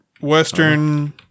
Western